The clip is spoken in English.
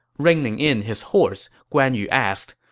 reining in his horse, guan yu asked,